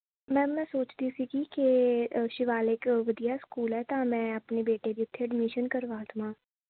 ma'am ਮੈਂ ਸੋਚਦੀ ਸੀਗੀ ਕਿ ਸ਼ਿਵਾਲਿਕ ਵਧੀਆ ਸਕੂਲ ਹੈ ਤਾਂ ਮੈਂ ਆਪਣੀ ਬੇਟੀ ਦੀ ਇੱਥੇ ਐਡਮੀਸ਼ਨ ਕਰਵਾ ਦੇਵਾਂ